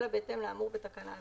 אלא בהתאם לאמור בתקנה זו.